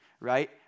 right